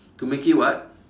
to make it what